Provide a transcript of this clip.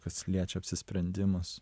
kas liečia apsisprendimus